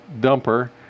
dumper